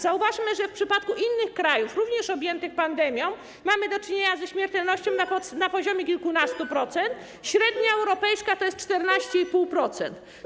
Zauważmy, że w przypadku innych krajów dotkniętych pandemią mamy do czynienia ze śmiertelnością na poziomie kilkunastu procent, a średnia europejska to jest 14,5%.